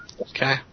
Okay